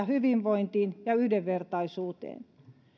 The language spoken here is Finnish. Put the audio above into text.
hyvinvointiin ja yhdenvertaisuuteen